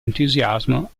entusiasmo